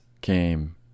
came